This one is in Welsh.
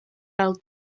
fel